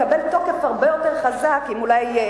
אותן הסתייגויות יכלו לקבל תוקף הרבה יותר חזק אם בגינן,